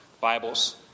Bibles